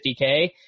50k